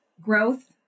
growth